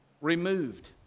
removed